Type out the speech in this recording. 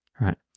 right